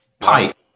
Pipe